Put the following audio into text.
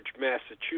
Massachusetts